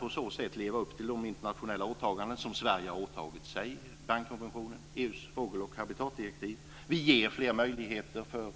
På så sätt kan vi leva upp till de internationella åtaganden som Sverige bundit sig till - Bernkonventionen och EU:s fågel och habitatdirektiv. Vi ger fler möjligheter för